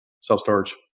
self-storage